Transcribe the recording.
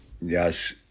Yes